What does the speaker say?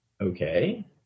okay